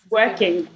working